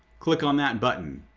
click on that button